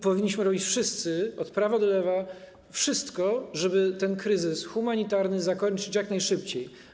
Powinniśmy robić wszyscy, od prawa do lewa, wszystko, żeby ten kryzys humanitarny zakończyć jak najszybciej.